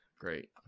Great